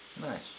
Nice